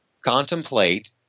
contemplate